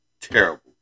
terrible